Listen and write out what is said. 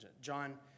John